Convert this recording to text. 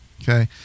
okay